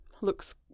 Looks